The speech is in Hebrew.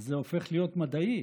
זה הופך להיות מדעי,